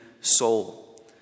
soul